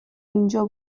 اینجا